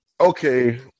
Okay